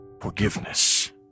forgiveness